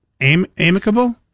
amicable